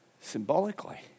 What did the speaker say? Symbolically